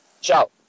ciao